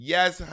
Yes